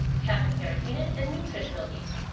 kappa carageenan and nutritional yeast.